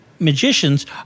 magicians